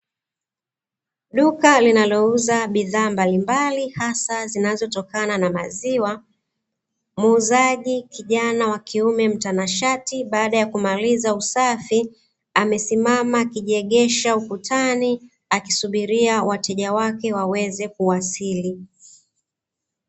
Duka linalouza bidhaa mbalimbali hasa zinazotokana na maziwa, muuzaji kijana wakiume mtanashati baada ya kumaliza usafi amesimama akijiegesha ukutani akisubiria wateja wake waweze kuwasili.